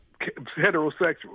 heterosexual